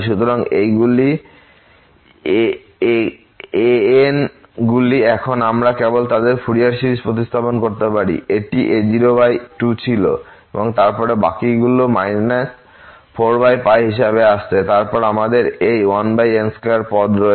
সুতরাং এইগুলি ans গুলি এখন আমরা কেবল তাদের ফুরিয়ার সিরিজে প্রতিস্থাপন করতে পারি এটি a02 ছিলো এবং তারপরে বাকিগুলি 4 হিসাবে আসছে এবং তারপরে আমাদের এই 1n2 পদ রয়েছে